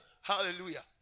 hallelujah